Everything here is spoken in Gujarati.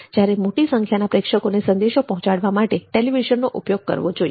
જ્યારે મોટી સંખ્યાના પ્રેક્ષકોને સંદેશો પહોંચાડવા માટે ટેલિવિઝન નો ઉપયોગ કરવો જોઈએ